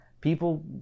people